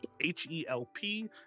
H-E-L-P